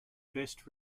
best